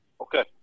Okay